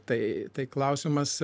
tai tai klausimas